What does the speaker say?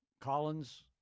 Collins